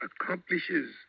accomplishes